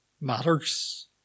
matters